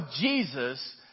Jesus